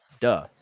Duh